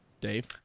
Dave